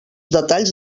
detalls